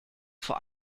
vor